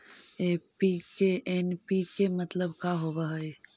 NPK मतलब का होव हइ?